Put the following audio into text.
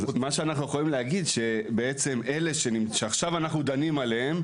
אנחנו יכולים להגיד שאלה שעכשיו אנחנו דנים עליהם,